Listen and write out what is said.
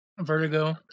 Vertigo